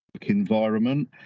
environment